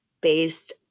based